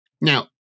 Now